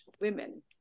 women